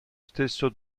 stesso